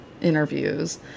interviews